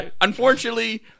Unfortunately